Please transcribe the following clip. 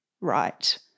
right